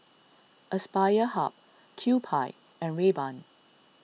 Aspire Hub Kewpie and Rayban